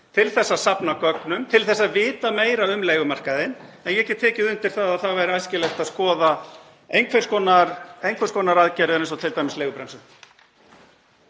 til að safna gögnum, til að vita meira um leigumarkaðinn, en ég get tekið undir að það væri æskilegt að skoða einhvers konar aðgerðir, eins og t.d. leigubremsu.